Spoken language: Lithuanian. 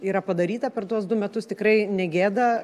yra padaryta per tuos du metus tikrai negėda